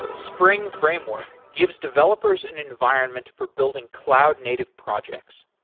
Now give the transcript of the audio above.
spring framework gives developers an environment for building cloud native projects.